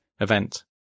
event